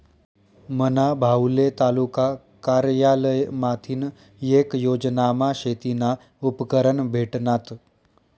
मना भाऊले तालुका कारयालय माथीन येक योजनामा शेतीना उपकरणं भेटनात